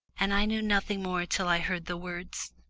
and i knew nothing more till i heard the words,